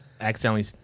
accidentally